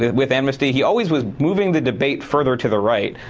with amnesty. he always was moving the debate further to the right.